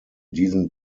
diesen